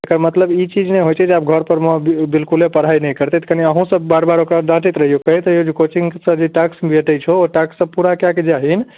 एहिके मतलब ई चीज नहि होइ छै जे आब घरपरमे बिल्कुले पढ़ाइ नहि करतै तऽ कनि अहूँसब बार बार डाँटैत रहिऔ कहैत रहिऔ जे कोचिङ्गसँ जे टास्क भेटै छौ ओ टास्क पूरा कऽ कऽ जाही